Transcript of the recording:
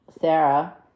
Sarah